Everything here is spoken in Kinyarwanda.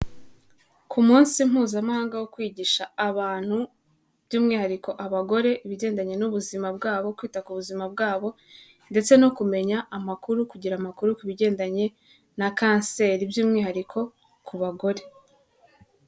Ku munsi mpuzamahanga wo kwigisha abantu by'umwihariko abagore, ibigendanye n'ubuzima bwabo, kwita ku buzima bwabo ndetse no kumenya amakuru kugira amakuru ku bigendanye na kanseri by'umwihariko ku bagore.